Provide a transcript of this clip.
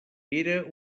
era